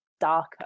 darker